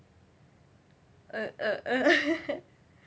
uh uh uh